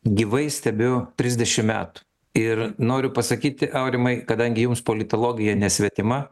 gyvai stebiu trisdešim metų ir noriu pasakyti aurimai kadangi jums politologija nesvetima